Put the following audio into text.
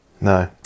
No